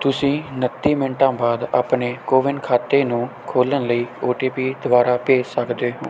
ਤੁਸੀਂ ਉਨੱਤੀ ਮਿੰਟਾਂ ਬਾਅਦ ਆਪਣੇ ਕੋਵਿਨ ਖਾਤੇ ਨੂੰ ਖੋਲ੍ਹਣ ਲਈ ਓ ਟੀ ਪੀ ਦੁਬਾਰਾ ਭੇਜ ਸਕਦੇ ਹੋ